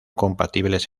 compatibles